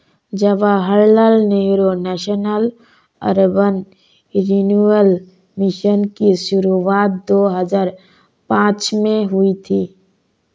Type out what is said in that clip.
Jawaharlal Nehru national urban renewal mission की शुरुआत दो हज़ार पांच में हुई थी